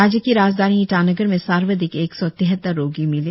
राज्य की राजधानी ईटानगर में सर्वाधिक एक सौ तिहत्तर रोगी मिले